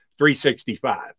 365